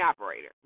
operator